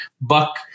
Buck